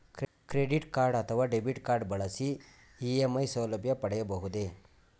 Credit card ಅಥವಾ debit card ಬಳಸಿ EMI ಸೌಲಭ್ಯ ಪಡೆಯಬಹುದೇ?